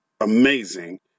Amazing